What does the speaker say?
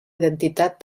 identitat